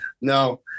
No